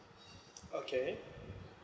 okay